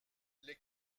les